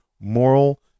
moral